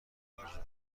آرژانتین